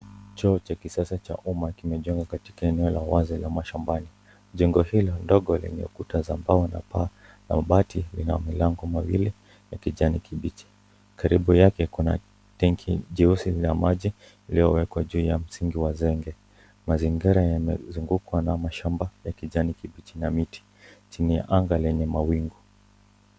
Choo cha kisasa cha umma kimejengwa katika eneo la wazi la mashambani. Jengo hilo dogo lenye kuta za mbao na paa la mabati lina milango miwili ya kijani kibichi. Karibu yake kuna tenki jeusi la maji lililowekwa juu ya msingi wa zenge. Mazingira yamezungukwa na mashamba ya kijani kibichi na miti, chini ya anga lenye mawingu.